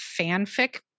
fanfic